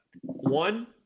One